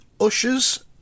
ushers